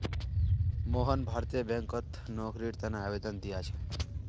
मोहन भारतीय बैंकत नौकरीर तने आवेदन दिया छे